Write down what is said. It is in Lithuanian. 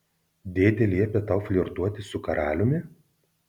dėdė liepė tau flirtuoti su karaliumi